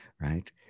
right